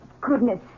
goodness